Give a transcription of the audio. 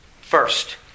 First